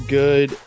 good